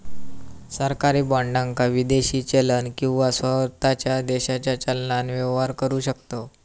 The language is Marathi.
सरकारी बाँडाक विदेशी चलन किंवा स्वताच्या देशाच्या चलनान व्यवहार करु शकतव